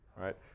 right